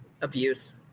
abuse